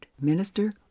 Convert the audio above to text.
minister